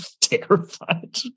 terrified